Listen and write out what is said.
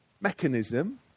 mechanism